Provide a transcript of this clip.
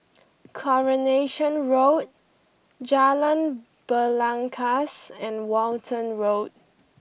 Coronation Road Jalan Belangkas and Walton Road